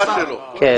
כן.